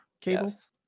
cables